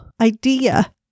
idea